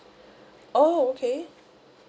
oh okay